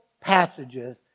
passages